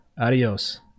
Adios